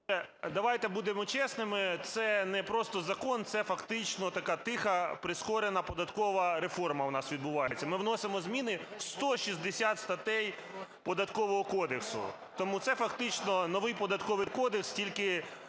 Давайте будемо чесними, це не просто закон - це фактично така тиха прискорена податкова реформа в нас відбувається. Ми вносимо зміни в 160 статей Податкового кодексу, тому це фактично новий Податковий кодекс, тільки